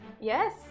Yes